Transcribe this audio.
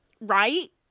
Right